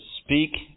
speak